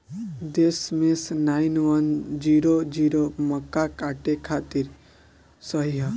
दशमेश nine one zero zero मक्का काटे खातिर सही ह?